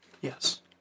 Yes